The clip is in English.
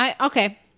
Okay